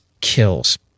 kills